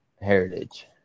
heritage